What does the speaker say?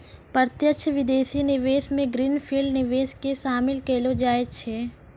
प्रत्यक्ष विदेशी निवेश मे ग्रीन फील्ड निवेश के शामिल केलौ जाय छै